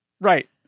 Right